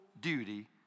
duty